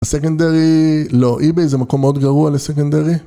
הסקנדרי... לא איבאיי זה מקום מאוד גרוע לסקנדרי